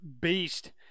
Beast